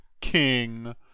king